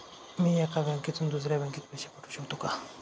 मी एका बँकेतून दुसऱ्या बँकेत पैसे पाठवू शकतो का?